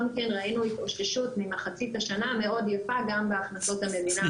מכן ראינו התאוששות ממחצית השנה מאוד יפה גם בהכנסות המדינה ממסים.